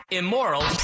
immoral